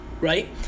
Right